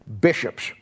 bishops